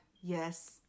yes